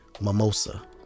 mimosa